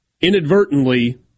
inadvertently